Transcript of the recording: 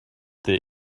they